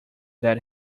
that